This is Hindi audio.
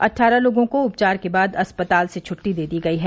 अट्ठारह लोगों को उपचार के बाद अस्पताल से छुट्टी दे दी गई है